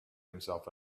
himself